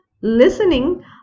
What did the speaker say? listening